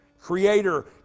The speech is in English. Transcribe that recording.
Creator